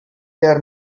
behar